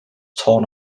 torn